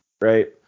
right